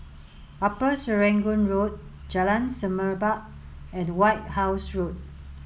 Upper Serangoon Road Jalan Semerbak and White House Road